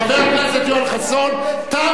חבר הכנסת יואל חסון, תם הוויכוח.